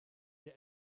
der